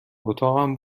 اتاقم